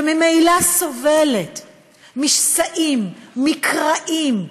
שממילא סובלת משסעים, מקרעים,